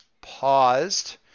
paused